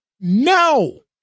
No